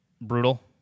brutal